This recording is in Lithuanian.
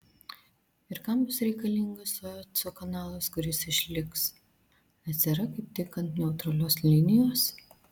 ir kam bus reikalingas sueco kanalas kuris išliks nes yra kaip tik ant neutralios linijos